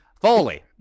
Foley